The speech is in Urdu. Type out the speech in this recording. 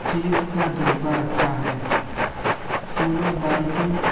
چیز کا جذبہ رکھتا ہے سولو بائکنگ